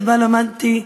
שבה למדתי,